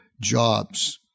jobs